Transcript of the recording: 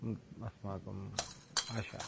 अस्माकम् आशा